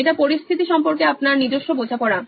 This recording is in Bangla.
এটা পরিস্থিতি সম্পর্কে আপনার নিজস্ব বোঝাপড়া